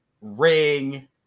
ring